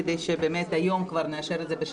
כדי שהיום נאשר את זה כבר בהכנה לקריאה